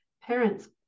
parents